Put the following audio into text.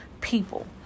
people